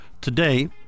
Today